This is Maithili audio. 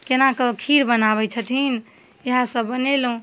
कोनाकऽ खीर बनाबै छथिन इएहसब बनेलहुँ